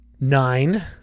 Nine